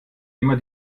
immer